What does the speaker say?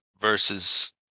versus